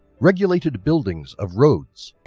regulated building of roads,